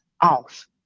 off